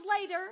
later